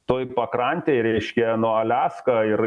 toje pakrantėj reikškia na aliaska ir